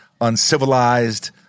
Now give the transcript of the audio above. uncivilized